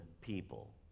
people